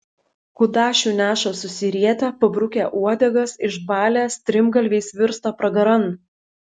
kudašių neša susirietę pabrukę uodegas išbalę strimgalviais virsta pragaran